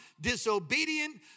disobedient